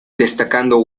destacando